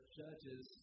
judges